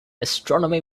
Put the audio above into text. astronomy